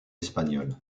espagnol